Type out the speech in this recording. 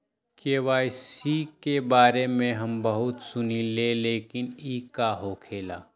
KYC के बारे में हम बहुत सुनीले लेकिन इ का होखेला?